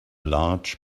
large